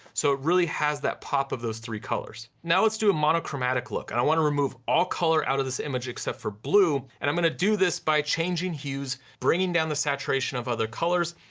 so it really has that pop of those three colors. now let's do a monochromatic look and i wanna remove all color out of this image except for blue and i'm gonna do this by changing hues, bringing down the saturation of other colors,